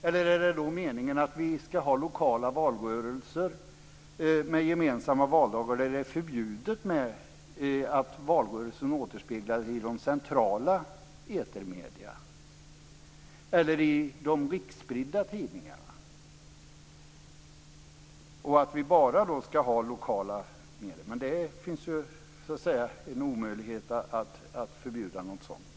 Eller är det meningen att vi ska ha lokala valrörelser med gemensamma valdagar där det är förbjudet att valrörelsen återspeglas i de centrala etermedierna eller i de riksspridda tidningarna och att vi bara ska ha lokala medier? Det är en omöjlighet att ha ett sådant förbud.